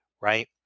right